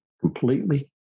completely